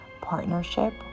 partnership